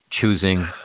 choosing